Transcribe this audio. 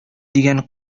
дигән